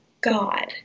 God